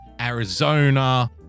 Arizona